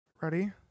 Ready